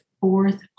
fourth